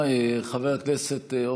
הן חייבות לעשות את זה.